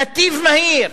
נתיב מהיר,